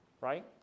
right